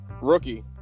Rookie